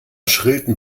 schrillten